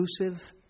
exclusive